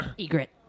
Egret